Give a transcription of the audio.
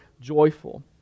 joyful